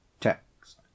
Text